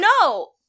No